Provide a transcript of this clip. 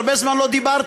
הרבה זמן לא דיברתם,